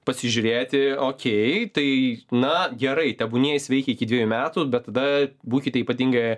pasižiūrėti okei tai na gerai tebūnie jis veikė iki dviejų metų bet tada būkite ypatingai